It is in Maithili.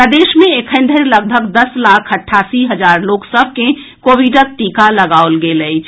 प्रदेश मे एखन धरि लगभग दस लाख अठासी हजार लोक सभ के कोविडक टीका लगाओल गेल अछि